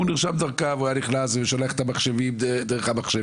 הוא נרשם דרכה והוא היה נכנס ושולח דרך המחשב